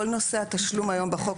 כל נושא התשלום היום בחוק,